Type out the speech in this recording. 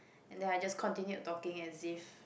and then I just continued talking as if